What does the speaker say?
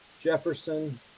jefferson